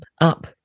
up